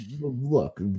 look